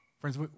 Friends